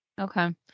Okay